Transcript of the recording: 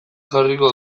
jarriko